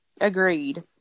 agreed